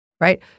right